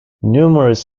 numerous